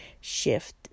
shift